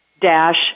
dash